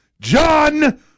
John